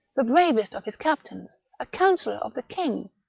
the bravest of his captains, a councillor of the king,